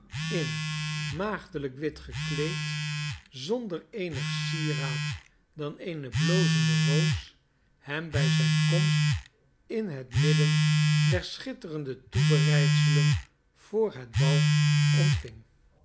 in maagdelijk wit gekleed zonder eenig sieraad dan eene blozende roos hem bij zijne komst in het midden der schitterende toebereidselen voor het bal ontving